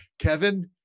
Kevin